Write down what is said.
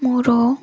ମୋର